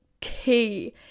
key